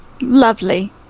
Lovely